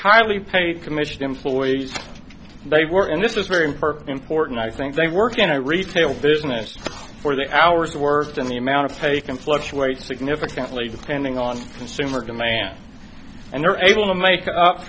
highly paid commission employees they were in this is very important i think they work in a retail business for the hours the worst in the amount of taken fluctuates significantly depending on consumer demand and they're able to make up